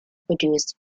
produce